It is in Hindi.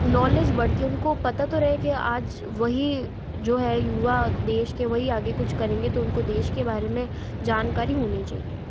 नॉलेज बढ़ती उनको पता तो रहे कि आज वही जो है युवा देश के वही आगे कुछ करेंगे तो उनको देश के बारे में जानकारी होनी चाहिए